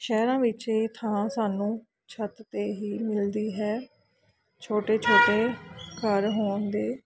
ਸ਼ਹਿਰਾਂ ਵਿੱਚ ਇਹ ਥਾਂ ਸਾਨੂੰ ਛੱਤ 'ਤੇ ਹੀ ਮਿਲਦੀ ਹੈ ਛੋਟੇ ਛੋਟੇ ਘਰ ਹੋਣ ਦੇ